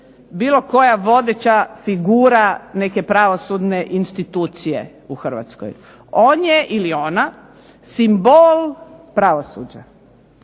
bilo koja vodeća figura neke pravosudne institucije u Hrvatskoj. On je ili ona simbol pravosuđa.